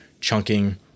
chunking